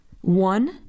One